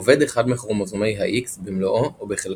אובד אחד מכרומוזומי ה-X במלואו או בחלקו.